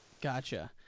Gotcha